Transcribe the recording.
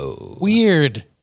Weird